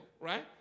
right